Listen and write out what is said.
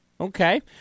Okay